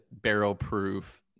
barrel-proof